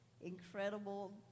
incredible